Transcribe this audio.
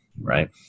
right